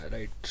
Right